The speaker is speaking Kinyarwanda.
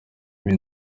iyi